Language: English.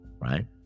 right